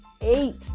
eight